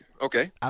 okay